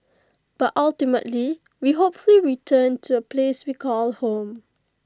but ultimately we hopefully return to A place we call home